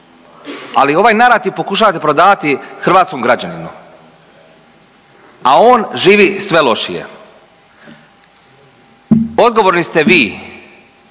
ali ovaj narativ pokušavate prodavati hrvatskom građaninu, a on živi sve lošije. Odgovorni ste vi